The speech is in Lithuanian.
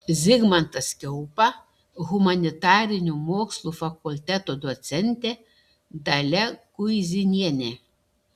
zigmantas kiaupa humanitarinių mokslų fakulteto docentė dalia kuizinienė